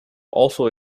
also